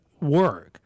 work